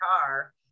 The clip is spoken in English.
car